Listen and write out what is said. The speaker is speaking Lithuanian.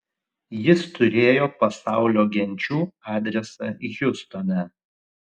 jis turėjo pasaulio genčių adresą hjustone